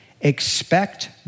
expect